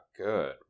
good